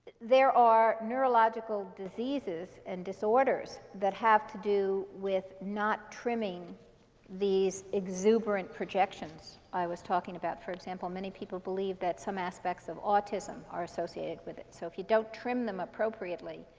there are neurological diseases and disorders that have to do with not trimming these exuberant projections i was talking about. for example, many people believe that some aspects of autism are associated with it. so if you don't trim them appropriately,